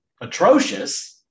atrocious